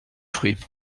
fruits